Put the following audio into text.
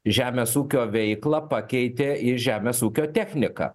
žemės ūkio veiklą pakeitė į žemės ūkio techniką